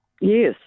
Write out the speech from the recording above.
Yes